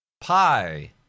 Pi